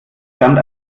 stand